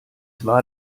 war